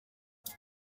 iki